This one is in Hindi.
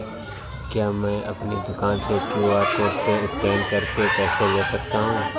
क्या मैं अपनी दुकान में क्यू.आर कोड से स्कैन करके पैसे ले सकता हूँ?